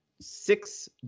six